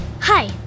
Hi